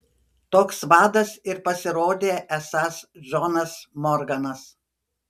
toks vadas ir pasirodė esąs džonas morganas